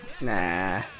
Nah